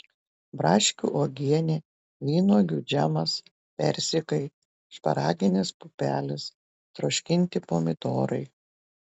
braškių uogienė vynuogių džemas persikai šparaginės pupelės troškinti pomidorai